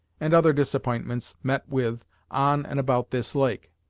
and other disapp'intments met with on and about this lake.